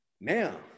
Now